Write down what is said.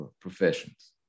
professions